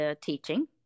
teaching